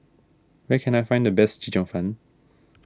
where can I find the best Chee Cheong Fun